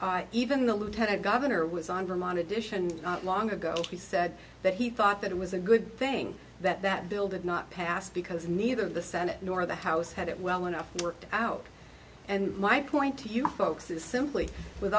even the lieutenant governor was on vermont edition long ago and he said that he thought that it was a good thing that that bill did not pass because neither the senate nor the house had it well enough worked out and my point to you folks is simply w